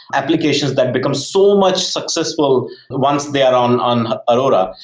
applications that become so much successful once they are on on ah aurora.